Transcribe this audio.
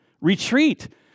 Retreat